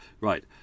Right